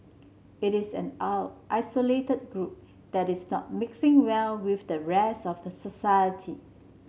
it is an isolated group that is not mixing well with the rest of the society